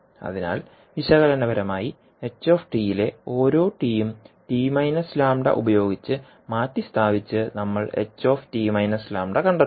അതിനാൽ വിശകലനപരമായി hലെ ഓരോ tയും ഉപയോഗിച്ച് മാറ്റിസ്ഥാപിച്ച് നമ്മൾ ht λ കണ്ടെത്തുന്നു